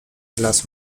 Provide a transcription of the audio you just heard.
las